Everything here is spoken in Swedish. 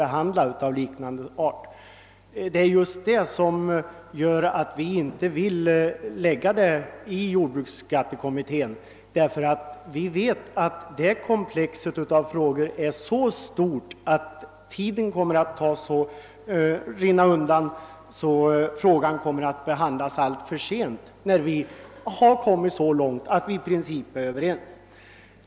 Men det är just det förhållandet att jordbruksbeskattningskommittén har ett så stort frågekomplex att handlägga som gör att vi inte vill hänvisa även denna fråga dit. Den kommer i så fall att behandlas alltför sent trots att vi nu hunnit så långt att vi i princip är överens.